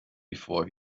before